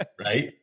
right